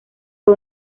fue